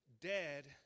dead